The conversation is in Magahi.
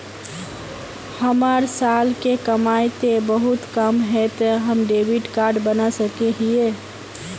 हमर साल के कमाई ते बहुत कम है ते हम डेबिट कार्ड बना सके हिये?